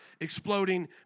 exploding